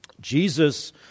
Jesus